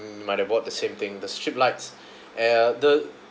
mm might have bought the same thing the strip lights ya the